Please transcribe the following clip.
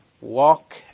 walk